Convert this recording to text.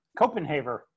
Copenhaver